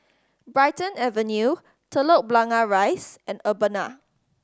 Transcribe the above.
Brighton Avenue Telok Blangah Rise and Urbana